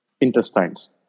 intestines